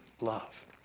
love